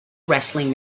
wrestling